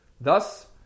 Thus